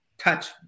touch